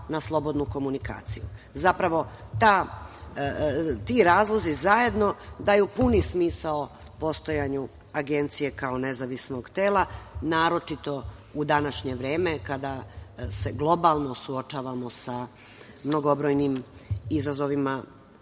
na slobodnu komunikaciju. Zapravo ti razlozi zajedno daju puni smisao postojanju agencije kao nezavisnog tela, naročito u današnje vreme kada se globalno suočavamo sa mnogobrojnim izazovima